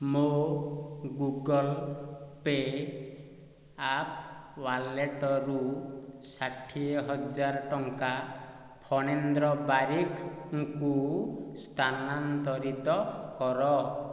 ମୋ Google pay' app ୱାଲେଟ୍ରୁ ଷାଠିଏ ହଜାର ଟଙ୍କା ଫଣେନ୍ଦ୍ର ବାରିକ୍ଙ୍କୁ ସ୍ଥାନାନ୍ତରିତ କର